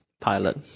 Pilot